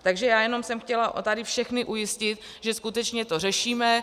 Takže já jenom jsem chtěla tady všechny ujistit, že skutečně to řešíme.